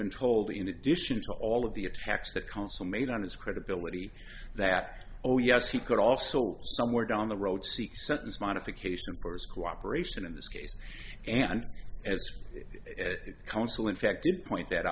been told in addition to all of the attacks that counsel made on his credibility that oh yes he could also somewhere down the road seek sentence modification first cooperation in this case and as counsel infected point that